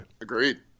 Agreed